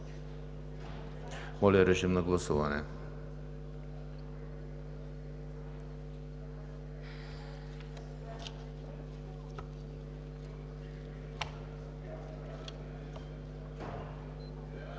Моля, режим на гласуване.